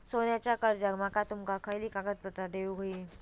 सोन्याच्या कर्जाक माका तुमका खयली कागदपत्रा देऊक व्हयी?